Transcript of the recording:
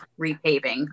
repaving